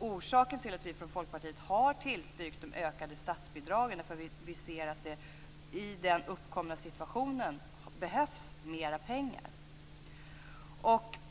orsaken till att vi i Folkpartiet har tillstyrkt de ökade statsbidragen. Vi ser att det i den uppkomna situationen behövs mera pengar.